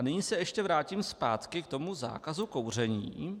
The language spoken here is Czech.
Nyní se ještě vrátím zpátky k tomu zákazu kouření.